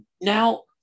Now